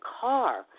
car